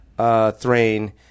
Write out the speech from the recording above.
Thrain